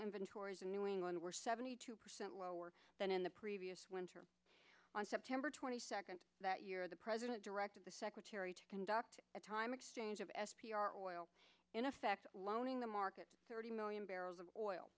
inventories in new england were seventy two percent lower than in the previous winter on september twenty second that year the president directed the secretary to conduct a time exchange of s p r oil in effect loaning the market thirty million barrels of oil